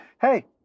hey